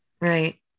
Right